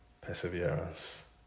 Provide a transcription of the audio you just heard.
perseverance